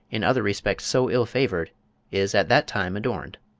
in other respects so ill-favoured, is at that time adorned.